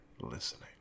listening